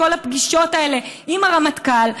כל הפגישות האלה עם הרמטכ"ל,